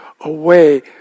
away